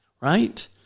Right